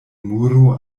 muro